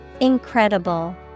Incredible